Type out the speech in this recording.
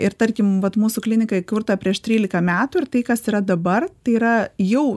ir tarkim vat mūsų klinika įkurta prieš trylika metų ir tai kas yra dabar tai yra jau